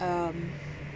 um